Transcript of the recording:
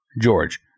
George